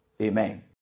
Amen